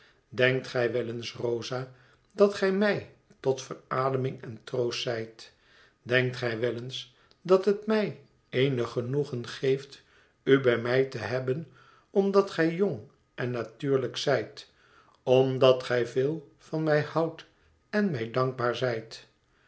denkt gij wel eens rosa dat gij mij tot verademing en troost zijt denkt gij wel eens dat het mij eenig genoegen geeft u bij mij te hebben omdat gij jong en natuurlijk zijt omdat gij veel van mij houdt en mij dankbaar zijt